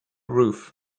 roof